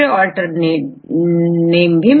यह protein level कहलाता है